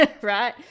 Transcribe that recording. right